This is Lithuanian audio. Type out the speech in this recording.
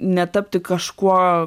netapti kažkuo